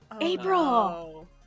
April